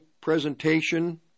presentation